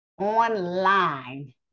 online